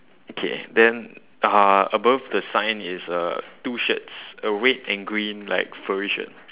okay then uh above the sign is uh two shirts a red and green like furry shirt